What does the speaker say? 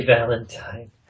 Valentine